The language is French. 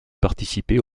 participer